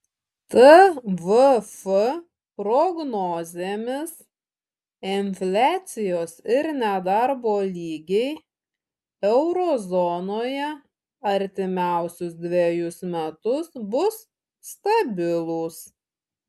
tvf prognozėmis infliacijos ir nedarbo lygiai euro zonoje artimiausius dvejus metus bus stabilūs